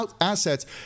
assets